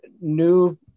new